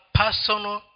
personal